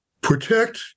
protect